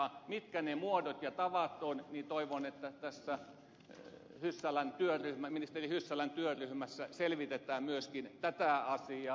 mitkä ne muodot ja tavat ovat toivon että tässä ministeri hyssälän työryhmässä selvitetään myöskin tätä asiaa